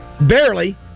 barely